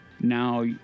Now